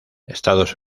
estados